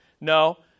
No